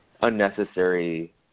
unnecessary